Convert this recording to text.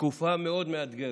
בתקופה מאוד מאתגרת.